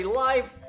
life